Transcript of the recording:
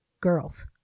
girls